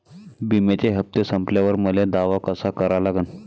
बिम्याचे हप्ते संपल्यावर मले दावा कसा करा लागन?